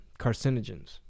carcinogens